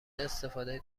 استفاده